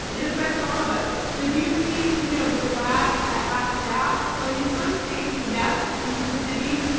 it affects all of us, but do you see you know the flag at half-staff? like in some states, yes, in some cities,